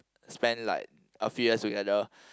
spend like a few years together